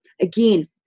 Again